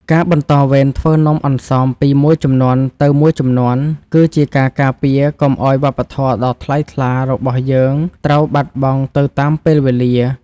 ការបន្តវេនធ្វើនំអន្សមពីមួយជំនាន់ទៅមួយជំនាន់គឺជាការការពារកុំឱ្យវប្បធម៌ដ៏ថ្លៃថ្លារបស់យើងត្រូវបាត់បង់ទៅតាមពេលវេលា។